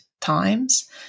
times